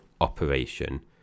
operation